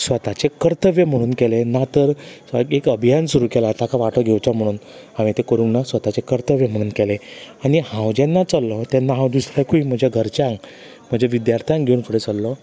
स्वताचे कर्तव्य म्हूणून केले ना तर एक अभियान सुरू केला ताका वाटो घेवचो म्हणून हांवें तें करूंक ना स्वताचें कर्तव्य म्हणून केले आनी हांव जेन्ना चलतलो तेन्ना हांव दुसऱ्याकूय म्हज्या घरच्यांक म्हज्या विद्यार्थांक घेवून फुडें सरलो